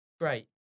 great